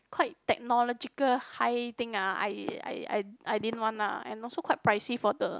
quite technological high thing ah I I didn't want lah and also quite pricey for the